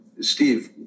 Steve